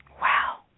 Wow